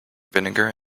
vinegar